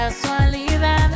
casualidad